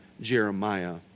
Jeremiah